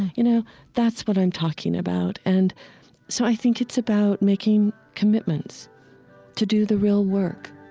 you know that's what i'm talking about. and so i think it's about making commitments to do the real work,